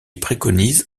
préconise